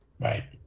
right